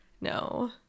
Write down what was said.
No